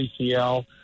ACL